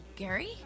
Gary